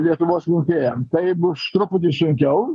lietuvos rinkėjam taip bus truputį sunkiau